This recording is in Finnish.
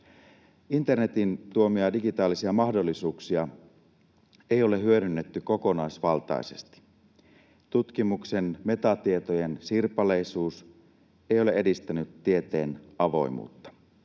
Internetin tuomia digitaalisia mahdollisuuksia ei ole hyödynnetty kokonaisvaltaisesti. Tutkimuksen metatietojen sirpaleisuus ei ole edistänyt tieteen avoimuutta.